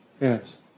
Yes